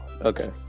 Okay